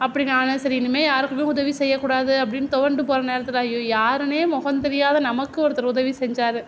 அப்படி நான் சரி இனிமேல் யாருக்கும் உதவி செய்யக்கூடாது அப்படின்னு துவண்டு போகிற நேரத்தில் ஐயோ யாருன்னே முகம் தெரியாத நமக்கு ஒருத்தர் உதவி செஞ்சார்